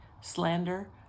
slander